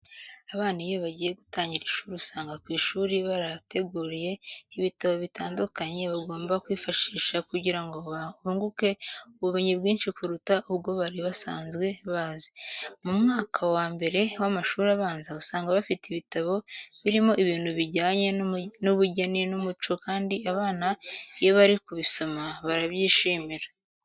Abana iyo bagiye gutangira ishuri usanga ku ishuri barabateguriye ibitabo bitandukanye bagomba kwifashisha kugira ngo bunguke ubumenyi bwinshi kuruta ubwo bari basanzwe bazi. Mu mwaka wa mbere w'amashuri abanza usanga bafite ibitabo birimo ibintu bijyanye n'ubugeni n'umuco kandi abana iyo bari kubisoma barabyishimira.